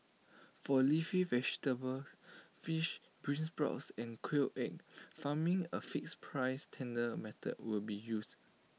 for leafy vegetables fish beansprouts and quail egg farming A fixed price tender method will be used